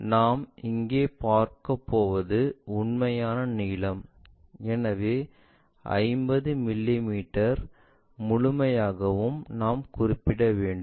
நாம் இங்கே பார்க்கப்போவது உண்மையான நீளம் எனவே 50 மிமீ முழுவதையும் நாம் குறிப்பிட வேண்டும்